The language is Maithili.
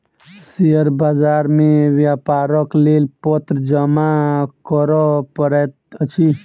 शेयर बाजार मे व्यापारक लेल पत्र जमा करअ पड़ैत अछि